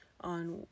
on